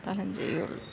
ഫലം ചെയ്യുകയുള്ളൂ